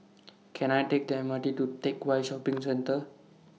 Can I Take The M R T to Teck Whye Shopping Centre